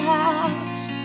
house